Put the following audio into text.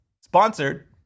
Sponsored